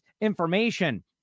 information